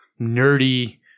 nerdy